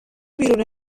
بیرون